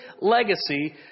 legacy